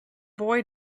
boy